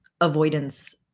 avoidance